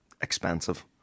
expensive